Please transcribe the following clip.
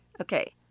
Okay